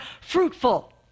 fruitful